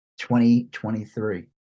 2023